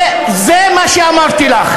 זה מה שאמרתי לך.